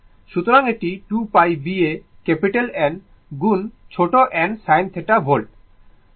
সুতরাং এটি 2 π B A capital N গুণ ছোট n sin θ ভোল্টে